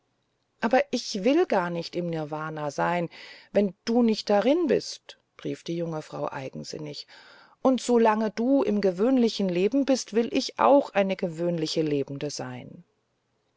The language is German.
aber ich will gar nicht im nirwana sein wenn du nicht darin bist rief die junge frau eigensinnig und so lange du im gewöhnlichen leben bist will ich auch eine gewöhnliche lebende sein